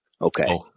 Okay